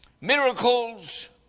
miracles